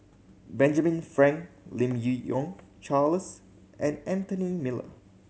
Benjamin Frank Lim Yi Yong Charles and Anthony Miller